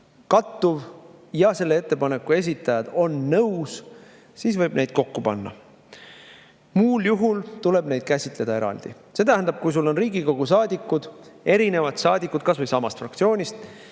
kattuvad ja ettepanekute esitajad on nõus, siis võib neid kokku panna. Muul juhul tuleb [ettepanekuid] käsitleda eraldi. See tähendab, et kui Riigikogu saadikud, erinevad saadikud kas või samast fraktsioonist,